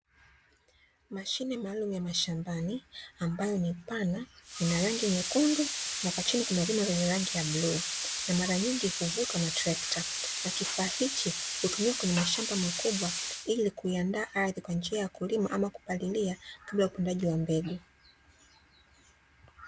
Mashine maalumu ya mashambani ambayo ni pana, ina rangi nyekundu na kwa chini kuna vyuma vyenye rangi ya bluu, na mara nyingi huvutwa na trekta na kifaa hichi hutumika kwenye mashamba makubwa, ili kuiandaa ardhi kwa njia ya kulima ama kupalilia, kabla ya upandaji wa mbegu.